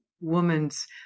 woman's